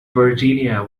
virginia